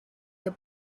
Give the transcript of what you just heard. the